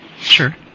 Sure